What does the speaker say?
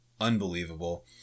Unbelievable